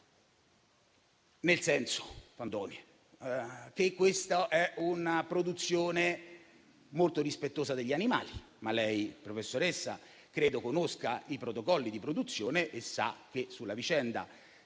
nel senso che questa è una produzione molto rispettosa degli animali. Lei, professoressa, credo conosca i protocolli di produzione e sa che sulla vicenda